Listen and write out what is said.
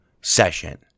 session